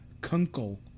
Kunkel